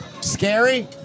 Scary